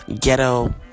ghetto